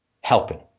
helping